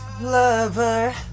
Lover